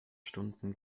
stunden